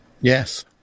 Yes